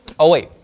oh wait,